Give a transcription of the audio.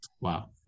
wow